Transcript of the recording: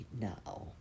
now